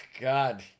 God